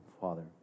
Father